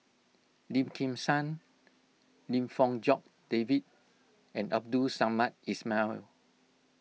Lim Kim San Lim Fong Jock David and Abdul Samad Ismail